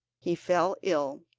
he fell ill,